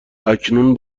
اکنون